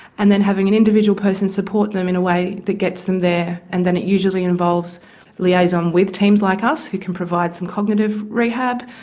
and then having an individual person support them in a way that gets them there. and it usually involves liaison with teams like us who can provide some cognitive rehab,